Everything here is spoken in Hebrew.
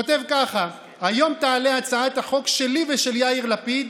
כותב כך: היום תעלה הצעת החוק שלי ושל יאיר לפיד